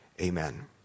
amen